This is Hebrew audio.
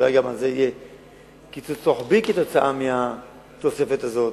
אולי גם על זה יהיה קיצוץ רוחבי כתוצאה מהתוספת הזאת.